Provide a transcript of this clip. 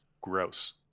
gross